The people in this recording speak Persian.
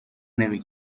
نمی